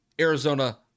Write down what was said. Arizona